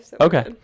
Okay